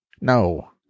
no